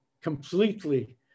completely